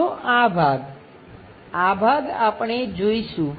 બીજો આ ભાગ આ ભાગ આપણે જોઈશું